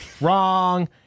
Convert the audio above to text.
Wrong